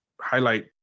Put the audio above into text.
highlight